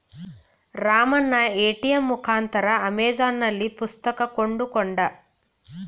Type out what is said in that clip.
Ramanna ATM ಮುಖಾಂತರ ಅಮೆಜಾನ್ನಲ್ಲಿ ಪುಸ್ತಕ ಕೊಂಡುಕೊಂಡ